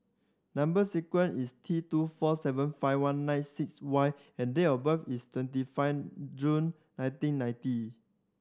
number sequence is T two four seven five one nine six Y and date of birth is twenty five June nineteen ninety